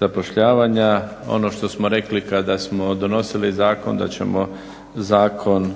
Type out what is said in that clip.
zapošljavanja. Ono što smo rekli kada smo donosili zakon da ćemo zakon